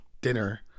dinner